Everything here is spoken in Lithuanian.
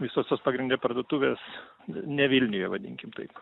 visos tos pagrinde parduotuvės ne vilniuje vadinkim taip